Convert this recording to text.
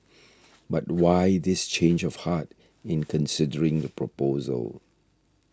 but why this change of heart in considering the proposal